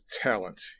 talent